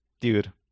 Dude